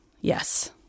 Yes